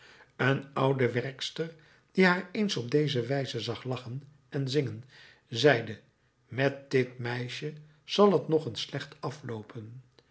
een oude werkster die haar eens op deze wijze zag lachen en zingen zeide met dit meisje zal t nog eens slecht afloopen